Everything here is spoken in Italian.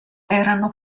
erano